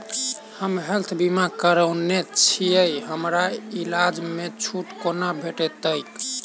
हम हेल्थ बीमा करौने छीयै हमरा इलाज मे छुट कोना भेटतैक?